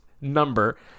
number